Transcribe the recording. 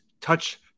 touch